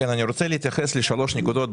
אני רוצה להתייחס לשלוש נקודות,